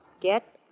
Get